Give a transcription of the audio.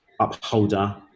upholder